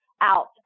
out